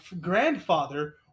grandfather